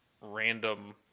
random